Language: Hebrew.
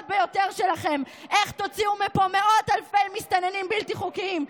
ביותר שלכם: איך תוציאו מפה מאות אלפי מסתננים בלתי חוקיים,